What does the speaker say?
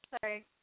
sorry